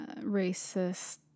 racist